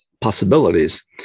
possibilities